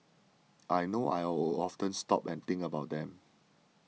I know I'll often stop and think about them